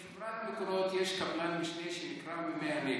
לחברת מקורות יש קבלן משנה שנקרא מימי הנגב.